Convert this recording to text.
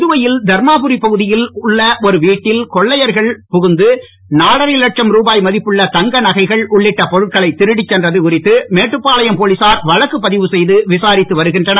புதுவையில் தர்மாபுரி பகுதியில் உள்ள ஒரு வீட்டில் கொள்ளையர்கள் புகுந்து நாலரை லட்சம் ருபாய் மதிப்புள்ள தங்க நகைகள் உள்ளிட்ட பொருட்களை திருடிச் சென்றது குறித்து மேட்டுப்பாளையம் போலீசார் வழக்குப்பதவு செய்து விசாரித்து வருகின்றனர்